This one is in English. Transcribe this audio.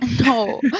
No